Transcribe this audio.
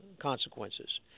consequences